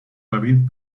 david